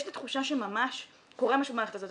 יש לי תחושה שממש קורה משהו עם המערכת הזו.